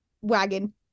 wagon